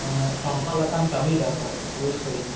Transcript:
ᱮᱸ ᱥᱟᱨᱦᱟᱣ ᱞᱮᱠᱟᱱ ᱠᱟᱢᱤᱭᱮᱫᱟ ᱚᱵᱚᱥᱥᱳᱭ